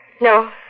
No